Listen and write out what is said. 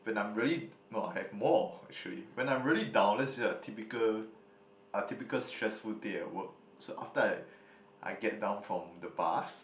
when I'm really no I have more actually when I'm really down let's just say a typical a typical stressful day at work so after I I get down from the bus